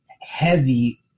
heavy